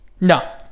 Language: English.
No